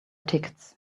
tickets